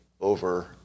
over